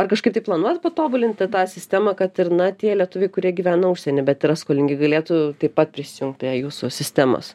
ar kažkaip tai planuojat patobulinti tą sistemą kad ir na tie lietuviai kurie gyvena užsieny bet yra skolingi galėtų taip pat prisijungt prie jūsų sistemos